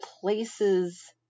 places